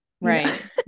right